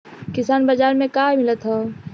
किसान बाजार मे का मिलत हव?